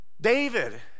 David